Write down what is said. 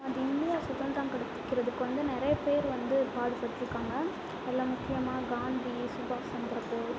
அது இந்தியா சுதந்திரம் கிடைக்கிறதுக்கு வந்து நிறைய பேர் வந்து பாடுப்பட்டிருக்காங்க அதில் முக்கியமாக காந்தி சுபாஸ் சந்திரபோஸ்